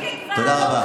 תודה רבה.